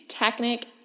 Technic